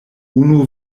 unu